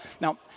Now